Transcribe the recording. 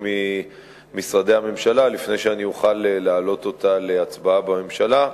ממשרדי הממשלה לפני שאני אוכל להעלות אותה להצבעה בממשלה.